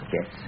Yes